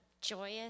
joyous